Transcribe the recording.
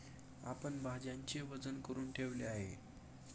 आपण भाज्यांचे वजन करुन ठेवले आहे